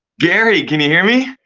gary, can you hear me?